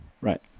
right